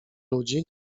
ludzi